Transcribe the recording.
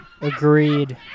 agreed